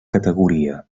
categoria